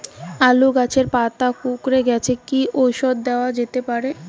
আলু গাছের পাতা কুকরে গেছে কি ঔষধ দেওয়া যেতে পারে?